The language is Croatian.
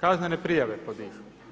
kaznene prijave podižu.